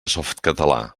softcatalà